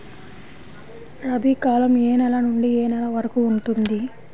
రబీ కాలం ఏ నెల నుండి ఏ నెల వరకు ఉంటుంది?